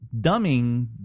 dumbing